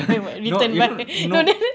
no you know no